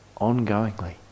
ongoingly